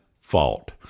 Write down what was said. fault